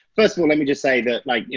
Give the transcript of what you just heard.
first of all, let me just say that like,